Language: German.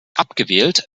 abgewählt